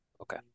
Okay